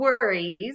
worries